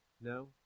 No